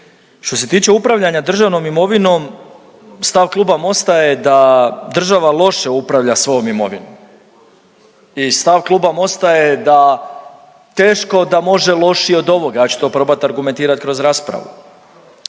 Što se tiče upravljanja državnom imovinom stav Kluba Mosta je da država loše upravlja svojom imovinom i stav Kluba Mosta je da teško da može lošije od ovoga, ja ću to probat argumentirat kroz raspravu.